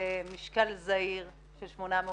במשקל זעיר של 800 גרם,